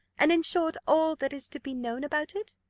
and, in short, all that is to be known about it?